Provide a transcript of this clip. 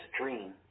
dream